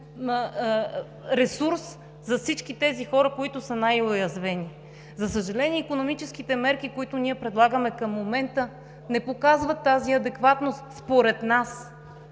ресурс за всички тези хора, които са най-уязвени. За съжаление, икономическите мерки, които ние предлагаме към момента, не показват тази адекватност според нас.